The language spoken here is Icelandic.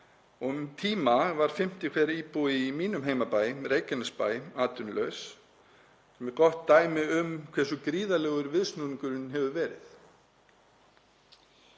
um tíma var fimmti hver íbúi í mínum heimabæ, Reykjanesbæ, atvinnulaus, sem er gott dæmi um hversu gríðarlegur viðsnúningurinn hefur verið.